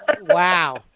Wow